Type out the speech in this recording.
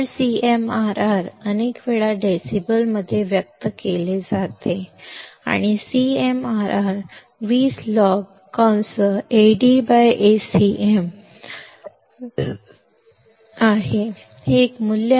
ಆದ್ದರಿಂದ CMRR ಅನ್ನು ಹಲವು ಬಾರಿ ಡೆಸಿಬೆಲ್ಗಳಲ್ಲಿ ವ್ಯಕ್ತಪಡಿಸಲಾಗುತ್ತದೆ ಮತ್ತು CMRR 20logAdAcm ಅನ್ನು ಹೊರತುಪಡಿಸಿ ಏನೂ ಅಲ್ಲ